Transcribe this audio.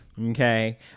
Okay